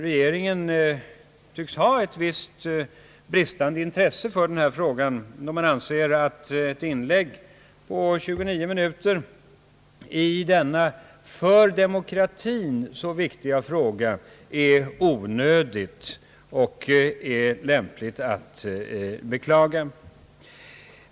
Regeringen tycks ha en viss brist på intresse för frågan när man anser att ett inlägg på 29 minuter i denna för demokratin så viktiga sak är onödigt och beklagligt.